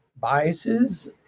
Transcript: biases